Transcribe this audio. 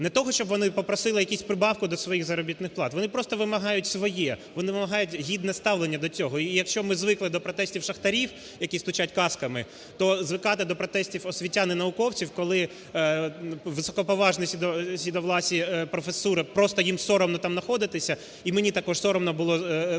не того, щоб вони попросили якусь прибавку до своїх заробітних плат. Вони просто вимагають своє, вони вимагають гідне ставлення до цього. І якщо ми звикли до протестів шахтарів, які стучать касками, то звикати до протестів освітян і науковців, коли високоповажна сивовласа професура, просто їм соромно там находитися, і мені також соромно було находитися